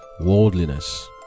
worldliness